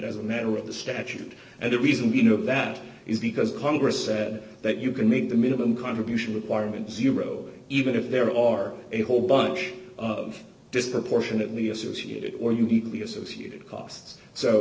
as a matter of the statute and the reason we know of that is because congress said that you can make the minimum contribution requirement zero even if there are a whole bunch of disproportionately associated or uniquely associated costs so